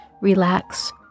relax